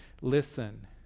Listen